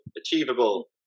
Achievable